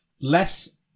Less